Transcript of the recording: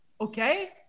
Okay